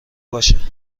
باشه